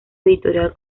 editorial